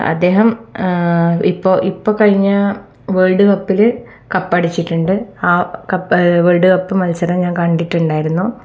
അദ്ദേഹം ഇപ്പോൾ ഇപ്പോൾ കഴിഞ്ഞ വേൾഡ് കപ്പിൽ കപ്പടിച്ചിട്ടുണ്ട് ആ കപ്പ് വേൾഡ് കപ്പ് മത്സരം ഞാൻ കണ്ടിട്ടുണ്ടായിരുന്നു